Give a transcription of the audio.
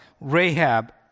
rahab